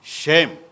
shame